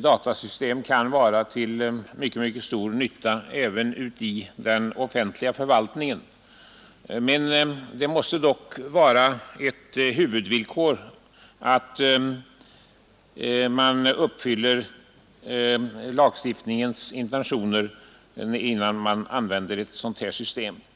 datasystem kan vara till mycket stor nytta även i den offentliga förvaltningen. Ett huvudvillkor måste dock vara att lagstiftningens intentioner uppfylls innan ett sådant system börjar användas.